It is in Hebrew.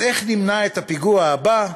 אז איך נמנע את הפיגוע הבא?